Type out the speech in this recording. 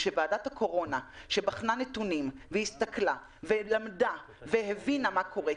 כשוועדת הקורונה בחנה נתונים והסתכלה ולמדה והבינה מה קורה,